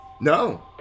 No